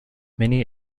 many